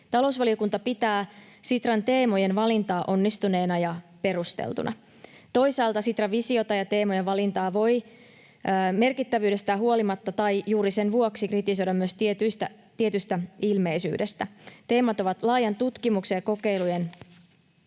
Talousvaliokunta pitää Sitran teemojen valintaa onnistuneena ja perusteltuna. Toisaalta Sitran visiota ja teemojen valintaa voi merkittävyydestään huolimatta — tai juuri sen vuoksi — kritisoida myös tietystä ilmeisyydestä. Teemat ovat laajan tutkimuksen ja kokeilujen